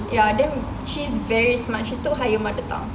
ya then she's very smart she took higher mother tongue